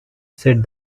said